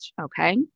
Okay